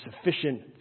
sufficient